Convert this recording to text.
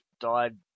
died